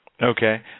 Okay